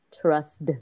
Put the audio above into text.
trust